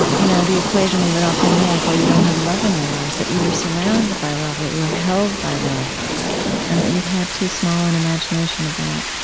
you know the equation we would often make. well, you don't have love in your life, that you were surrounded by love, that you were held by love and that you'd had too small an imagination about